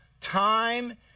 Time